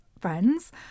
friends